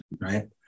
right